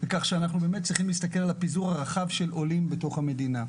כך שאנחנו באמת צריכים להסתכל על הפיזור הרחב של עולים בתוך המדינה.